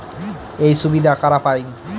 এই সুবিধা কারা পায়?